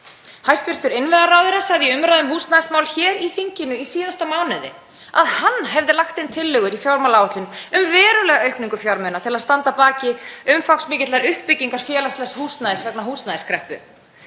Hæstv. innviðaráðherra sagði í umræðu um húsnæðismál hér í þinginu í síðasta mánuði að hann hefði lagt inn tillögur í fjármálaáætlun um verulega aukningu fjármuna til að standa að umfangsmikilli uppbyggingu félagslegs húsnæðis vegna húsnæðiskreppu.